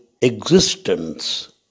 existence